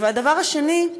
והדבר השני,